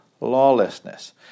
lawlessness